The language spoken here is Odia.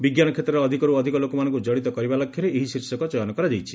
ବିଙ୍କାନ କ୍ଷେତ୍ରରେ ଅଧିକରୁ ଅଧିକ ଲୋକମାନଙ୍କୁ କଡିତ କରିବା ଲକ୍ଷ୍ୟରେ ଏହି ଶୀର୍ଷକ ଚୟନ କରାଯାଇଛି